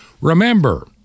Remember